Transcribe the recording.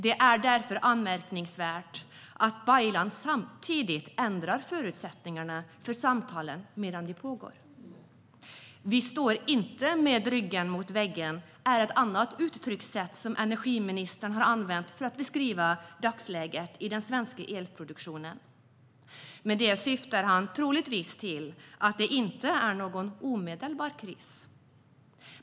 Det är därför anmärkningsvärt att Baylan ändrar förutsättningarna för samtalen medan de pågår. Vi står inte med ryggen mot väggen, är ett annat uttryckssätt som energiministern har använt för att beskriva dagsläget i den svenska elproduktionen. Med det syftar han troligtvis på att det inte är någon omedelbar kris.